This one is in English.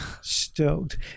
stoked